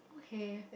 okay